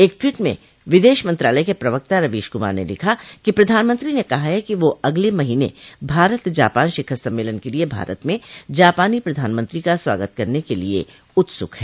एक ट्वीट में विदेश मंत्रालय के प्रवक्ता रवीश कुमार ने लिखा कि प्रधानमंत्री ने कहा है कि वह अगले महीने भारत जापान शिखर सम्मेलन के लिये भारत में जापानी प्रधानमंत्री का स्वागत करने के लिये उत्सुक है